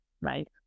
right